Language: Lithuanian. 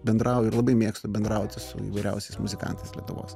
bendrauju ir labai mėgstu bendrauti su įvairiausiais muzikantais lietuvos